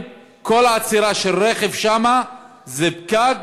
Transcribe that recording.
כל עצירה של רכב שם זה פקק,